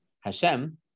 Hashem